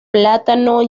plátano